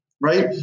Right